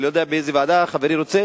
אני לא יודע באיזו ועדה חברי רוצה,